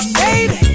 baby